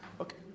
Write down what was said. Okay